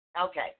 okay